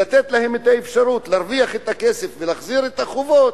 לתת להם את האפשרות להרוויח את הכסף ולהחזיר את החובות,